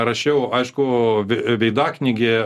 rašiau aišku veidaknygėje